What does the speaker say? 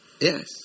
Yes